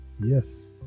yes